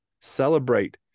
celebrate